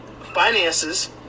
finances